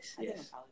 Yes